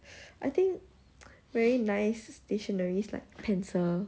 I think very nice stationaries like pencil